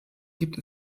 gibt